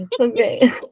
Okay